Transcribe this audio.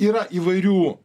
yra įvairių